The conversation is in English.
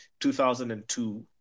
2002